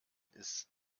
ist